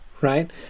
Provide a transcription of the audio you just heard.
right